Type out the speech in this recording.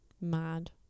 mad